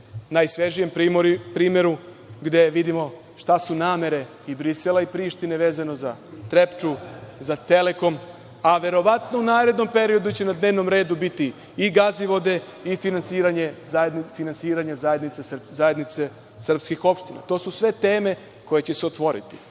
najsvežijem primeru gde vidimo šta su namere i Brisela i Prištine vezane za Trepču, za Telekom, a verovatno u narednom periodu će na dnevnom redu biti i Gazivode i finansiranje zajednice srpskih opština. To su sve teme koje će se otvoriti. Pitanje